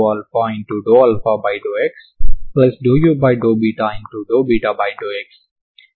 కాబట్టి ఈ విధంగా నేను నా పొటెన్షియల్ ఎనర్జీని గుర్తించాను దాని నుండి ఇక్కడ ఉన్న మొత్తం శక్తి వస్తుంది